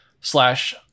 slash